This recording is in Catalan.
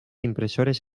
impressores